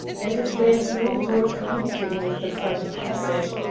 that if there is no door communicating with the private passage,